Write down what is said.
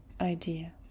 idea